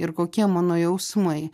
ir kokie mano jausmai